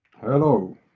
Hello